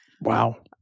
Wow